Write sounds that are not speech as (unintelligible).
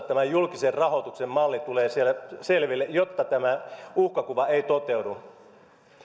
(unintelligible) tämän julkisen rahoituksen malli tulee siellä selville jotta tämä uhkakuva ei toteudu